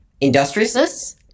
industriousness